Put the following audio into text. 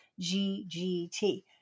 GGT